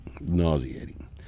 nauseating